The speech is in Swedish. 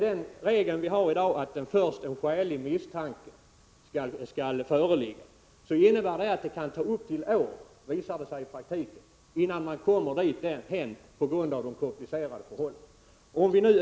Den regel vi har i dag, att skälig misstanke först skall föreligga, innebär i praktiken att det kan ta år innan man kan klara ut de komplicerade förhållandena.